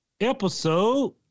Episode